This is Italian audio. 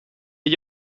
gli